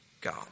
God